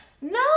No